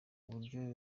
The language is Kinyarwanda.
uburyo